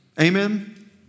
Amen